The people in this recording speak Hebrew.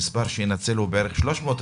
ויינצלו בערך 300,